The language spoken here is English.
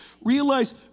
Realize